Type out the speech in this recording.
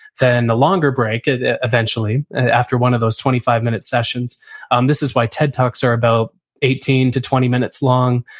then a longer break and eventually after one of those twenty five minute sessions um this is why ted talks are about eighteen to twenty minutes long,